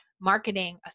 marketing